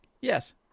Yes